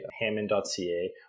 hammond.ca